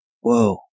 Whoa